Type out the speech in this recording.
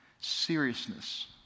seriousness